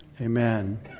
amen